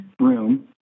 room